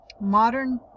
modern